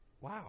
Wow